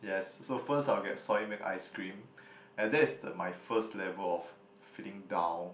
yes so first I would get soy milk ice cream and that's the my first level of feeling down